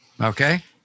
Okay